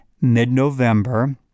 mid-November